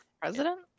President